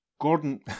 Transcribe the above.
Gordon